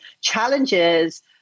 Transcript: challenges